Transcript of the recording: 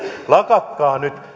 lakatkaa nyt